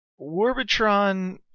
Warbitron